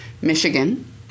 Michigan